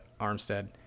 Armstead